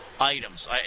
items